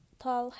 tall